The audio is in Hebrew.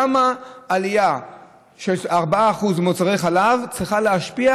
למה עלייה של 4% במוצרי חלב צריכה להשפיע,